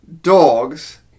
dogs